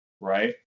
Right